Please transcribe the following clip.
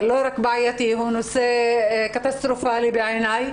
בעייתי וקטסטרופלי.